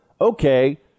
Okay